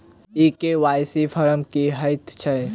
ई KYC form की हएत छै?